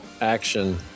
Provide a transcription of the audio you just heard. Action